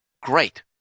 Great